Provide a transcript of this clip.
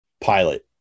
pilot